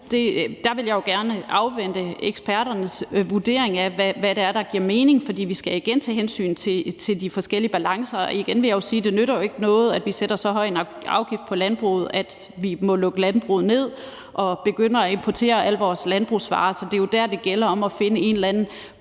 vil jeg jo gerne afvente eksperternes vurdering af, hvad det er, der giver mening, for vi skal igen tage hensyn til de forskellige balancer. Og igen vil jeg sige, at det jo ikke nytter noget, at vi sætter så høj en afgift på landbruget, at vi må lukke landbruget ned og begynde at importere alle vores landbrugsvarer. Det er jo der, det gælder om at finde en eller anden